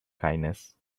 kindness